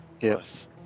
Yes